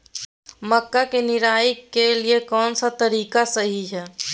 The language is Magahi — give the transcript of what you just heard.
मक्का के निराई के लिए कौन सा तरीका सही है?